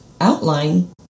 outline